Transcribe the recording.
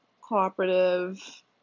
cooperative